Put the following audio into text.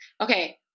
Okay